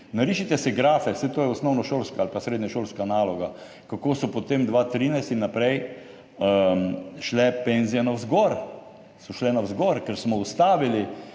narišite si grafe, saj to je osnovnošolska ali pa srednješolska naloga, kako so potem 2013 in naprej šle penzije navzgor. So šle navzgor, ker smo ustavili